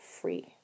free